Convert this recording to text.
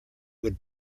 would